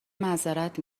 معذرت